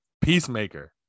peacemaker